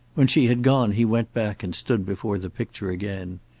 when she had gone he went back and stood before the picture again.